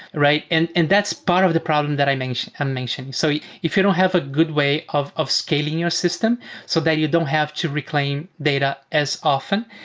right? and and that's part of the problem that i'm and um mentioning. so if you don't have a good way of of scaling your system so that you don't have to reclaim data as often,